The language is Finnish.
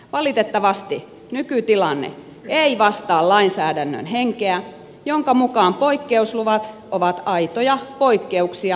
valitettavasti nykytilanne ei vastaa lainsäädännön henkeä jonka mukaan poikkeusluvat ovat aitoja poikkeuksia pääsäännöstä